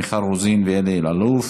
מיכל רוזין ואלי אלאלוף.